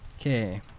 Okay